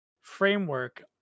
framework